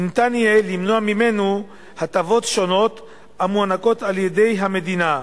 כי ניתן יהיה למנוע ממנו הטבות שונות המוענקות על-ידי המדינה,